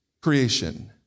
creation